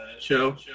show